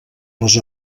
les